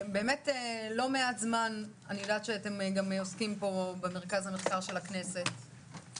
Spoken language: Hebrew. לא מעט זמן אתם עוסקים במרכז המחקר של הכנסת על הנשוא,